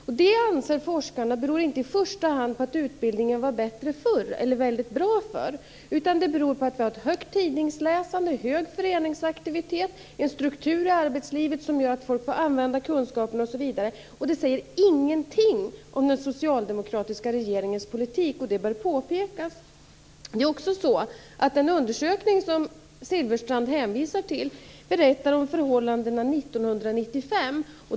Forskarna anser att det inte i första hand beror på att utbildningen var bättre eller väldigt bra förr utan att det beror på att vi har ett högt tidningsläsande, hög föreningsaktivitet, en struktur i arbetslivet som gör att människor får använda kunskaperna osv. men att det inte säger något om den socialdemokratiska regeringens politik. Och detta bör påpekas. Den undersökning som Bengt Silfverstrand hänvisar till berättar om förhållandena 1995.